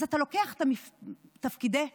אז אתה לוקח תפקידי מפתח,